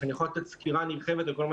אני יכול לתת סקירה נרחבת על כל מה